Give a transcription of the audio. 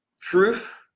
truth